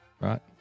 Right